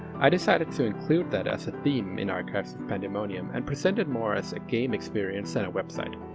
i decided to include that as a theme in archives of pandemonium and present it more as a game experience than a website.